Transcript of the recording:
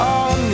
on